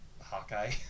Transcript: Hawkeye